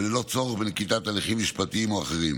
וללא צורך בנקיטת הליכים משפטיים או אחרים.